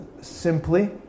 simply